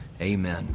amen